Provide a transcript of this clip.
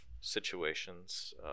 situations